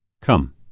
come